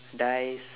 dies